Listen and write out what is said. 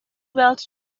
weld